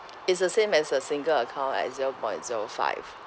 is the same as a single account right zero point zero five